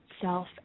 self